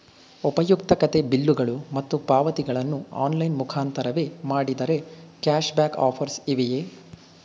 ಉಪಯುಕ್ತತೆ ಬಿಲ್ಲುಗಳು ಮತ್ತು ಪಾವತಿಗಳನ್ನು ಆನ್ಲೈನ್ ಮುಖಾಂತರವೇ ಮಾಡಿದರೆ ಕ್ಯಾಶ್ ಬ್ಯಾಕ್ ಆಫರ್ಸ್ ಇವೆಯೇ?